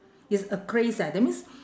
it's a craze eh that means